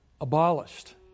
abolished